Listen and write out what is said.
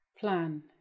Plan